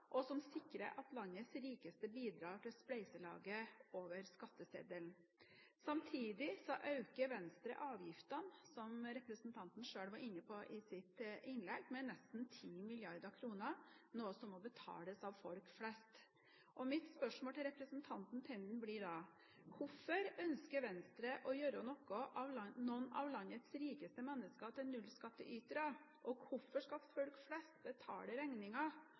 og som sikrer at landets rikeste bidrar til spleiselaget over skatteseddelen. Samtidig øker Venstre avgiftene, som representanten selv var inne på i sitt innlegg, med nesten 10 mrd. kr, noe som må betales av folk flest. Mitt spørsmål til representanten Tenden blir da: Hvorfor ønsker Venstre å gjøre noen av landets rikeste mennesker til nullskattytere, hvorfor skal folk flest betale